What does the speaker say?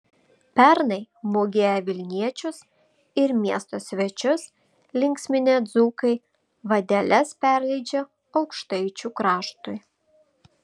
pernai mugėje vilniečius ir miesto svečius linksminę dzūkai vadeles perleidžia aukštaičių kraštui